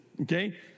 okay